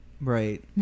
right